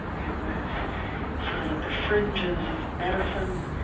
it was sort of of the fringes of medicine.